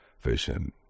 vision